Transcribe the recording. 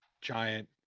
Giant